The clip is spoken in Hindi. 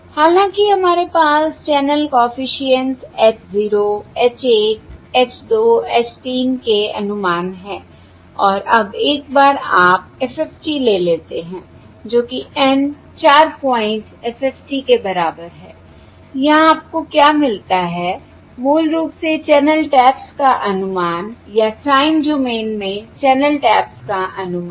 हालाँकि हमारे पास channel coefficients H 0 H 1 H 2 H 3 के अनुमान हैं और अब एक बार आप FFT ले लेते हैं जो कि N 4 पॉइंट FFT के बराबर है यहां आपको क्या मिलता है मूल रूप से चैनल टैप्स का अनुमान या टाइम डोमेन में चैनल टैप्स का अनुमान